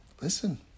listen